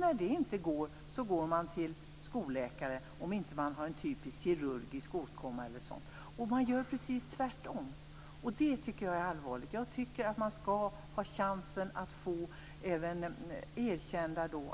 När det inte går får man gå till skolläkaren, om det inte handlar om en typisk kirurgisk åkomma e.d. Man gör dock precis tvärtom och det tycker jag är allvarligt. Jag menar att chansen skall finnas att få även